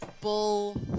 Bull